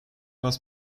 was